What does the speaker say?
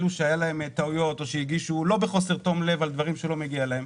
אלו שהיה להם טעויות או שהגישו לא בחוסר תום לבעל דברים שלא מגיע להם,